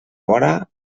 vora